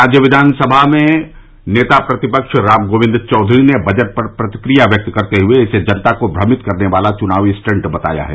राज्य किवानसभा के नेता प्रतिफ्स राम गोविंद चौधरी ने बजट पर प्रतिक्रिया व्यक्त करते हुए इसे जनता को भ्रमित करने वाला चुनावी स्टंट बताया है